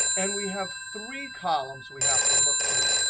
and we have three columns we have to look through.